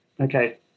Okay